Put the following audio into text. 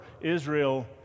Israel